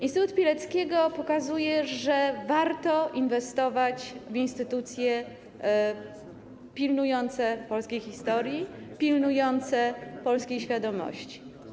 Instytut Pileckiego pokazuje, że warto inwestować w instytucje pilnujące polskiej historii, pilnujące polskiej świadomości.